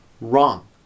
Wrong